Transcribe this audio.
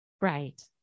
Right